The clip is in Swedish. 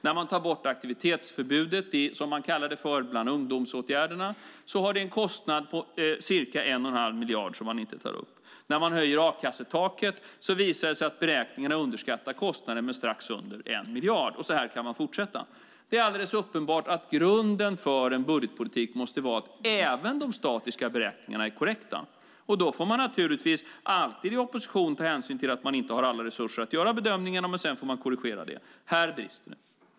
När man tar bort aktivitetsförbudet, som man kallar det, bland ungdomsåtgärderna har det en kostnad på ca 1 1⁄2 miljard som man inte tar upp. När man höjer a-kassetaket visar det sig att man i beräkningarna underskattar kostnaden med strax under 1 miljard. Och så här kan man fortsätta. Det är alldeles uppenbart att grunden för en budgetpolitik måste vara att även de statiska beräkningarna är korrekta. Då får man alltid i opposition ta hänsyn till att man inte har alla resurser att göra bedömningarna, men att man sedan får korrigera det. Här brister det.